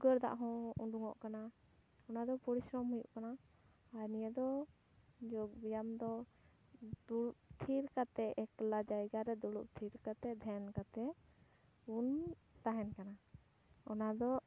ᱩᱫᱽᱜᱟᱹᱨ ᱫᱟᱜ ᱦᱚᱸ ᱩᱸᱰᱩᱠᱚᱜ ᱠᱟᱱᱟ ᱚᱱᱟ ᱫᱚ ᱯᱚᱨᱤᱥᱨᱚᱢ ᱦᱩᱭᱩᱜ ᱠᱟᱱᱟ ᱟᱨ ᱱᱤᱭᱟᱹ ᱫᱚ ᱡᱳᱜᱽ ᱵᱮᱭᱟᱢ ᱫᱚ ᱫᱩᱲᱩᱵ ᱛᱷᱤᱨ ᱠᱟᱛᱮ ᱮᱠᱞᱟ ᱡᱟᱭᱜᱟ ᱨᱮ ᱫᱩᱲᱩᱵ ᱛᱷᱤᱨ ᱠᱟᱛᱮ ᱫᱷᱮᱱ ᱠᱟᱛᱮ ᱵᱚᱱ ᱛᱟᱦᱮᱱ ᱠᱟᱱᱟ ᱚᱱᱟ ᱫᱚ